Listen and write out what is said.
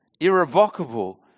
irrevocable